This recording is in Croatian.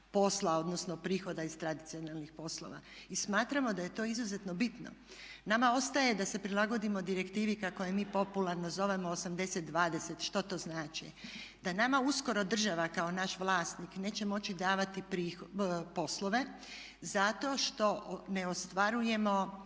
odnosno prihoda iz tradicionalnih poslova. I smatramo da je to izuzetno bitno. Nama ostaje da se prilagodimo direktivi kako je mi popularno zovemo 80/20. Što to znači? Da nam uskoro država kao naš vlasnik neće moći davati poslove zato što ne ostvarujemo